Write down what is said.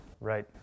Right